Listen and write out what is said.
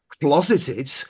closeted